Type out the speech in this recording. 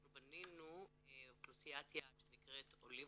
אנחנו בנינו אוכלוסיית יעד שנקראת עולים